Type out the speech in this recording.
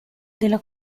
della